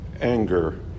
Anger